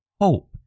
hope